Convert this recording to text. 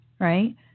right